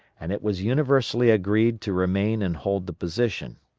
and it was universally agreed to remain and hold the position.